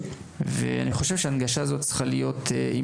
ואני חושב שההנגשה הזאת צריכה להיות עם